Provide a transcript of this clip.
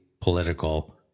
political